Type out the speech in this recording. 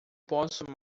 posso